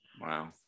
Wow